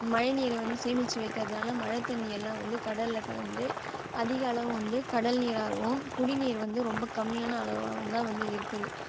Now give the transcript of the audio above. மழை நீரை வந்து சேமிச்சு வைக்கிறதினால மழை தண்ணியெல்லாம் வந்து கடலில் கலந்து அதிக அளவு வந்து கடல் நீராகவும் குடிநீர் வந்து ரொம்ப கம்மியான அளவாகவும் தான் வந்து இருக்குது